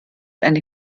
eine